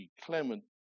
Clement